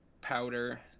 powder